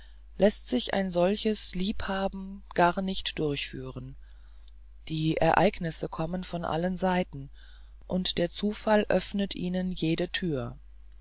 läßt sich ein solches liebhaben gar nicht durchführen die ereignisse kommen von allen seiten und der zufall öffnet ihnen jede tür